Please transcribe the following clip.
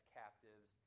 captives